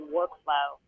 workflow